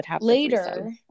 later